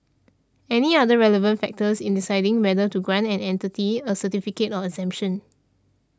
any other relevant factors in deciding whether to grant an entity a certificate of exemption